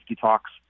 talks